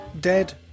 dead